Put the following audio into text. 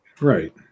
Right